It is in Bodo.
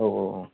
अह अह अह